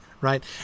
right